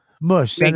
Mush